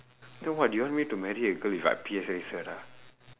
then what you want me to marry a girl with what P_S_L_E cert ah